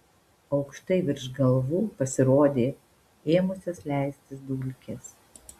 aukštai virš galvų pasirodė ėmusios leistis dulkės